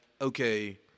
okay